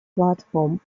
platform